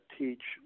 teach